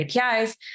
APIs